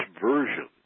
version